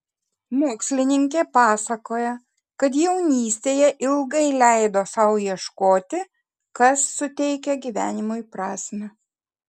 mokslininkė pasakoja kad jaunystėje ilgai leido sau ieškoti kas suteikia gyvenimui prasmę